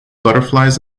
butterflies